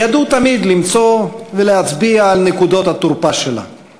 ידעו תמיד למצוא את נקודות התורפה שלה ולהצביע עליהן.